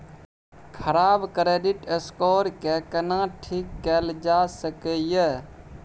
खराब credit score के केना ठीक कैल जा सकै ये?